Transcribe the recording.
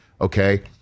Okay